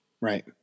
right